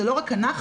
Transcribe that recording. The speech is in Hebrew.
זה לא רק אנחנו,